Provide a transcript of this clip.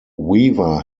weaver